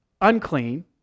unclean